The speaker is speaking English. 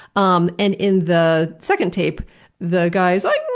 um and in the second tape the guy is